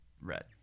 red